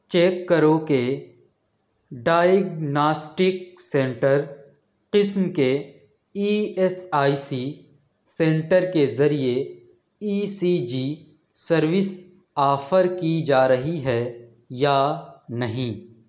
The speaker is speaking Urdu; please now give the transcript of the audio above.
چیک کرو کہ ڈائیگناسٹک سنٹر قسم کے E S I C centre کے ذریعے E C G service offer کی جا رہی ہے یا نہیں